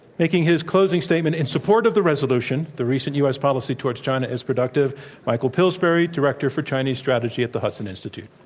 making his closing statement in support of the resolution the recent u. s. policy towards china is productive michael pillsbury, director for chinese strategy at the hudson institute.